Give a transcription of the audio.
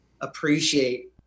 appreciate